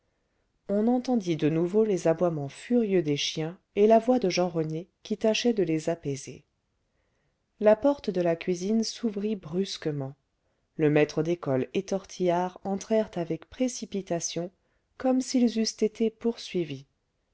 on entendit de nouveau les aboiements furieux des chiens et la voix de jean rené qui tâchait de les apaiser la porte de la cuisine s'ouvrit brusquement le maître d'école et tortillard entrèrent avec précipitation comme s'ils eussent été poursuivis